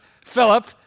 Philip